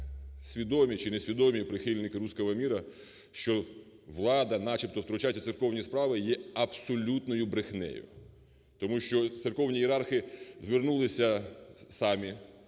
свідомі чи несвідомі прихильники "руского мира", що влада начебто втручається в церковні справи, є абсолютною брехнею. Тому що церковні ієрархи звернулися самі,